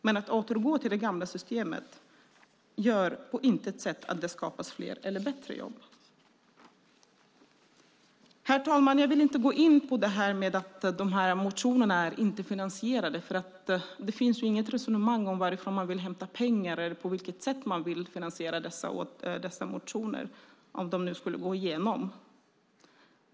Men att återgå till det gamla systemet gör på intet sätt att det skapas fler eller bättre jobb. Herr talman! Jag vill inte gå in på detta med att motionerna inte är finansierade. Det finns inget resonemang varifrån man vill hämta pengar eller på vilket sätt man vill finansiera dessa motioner om de nu skulle gå igenom.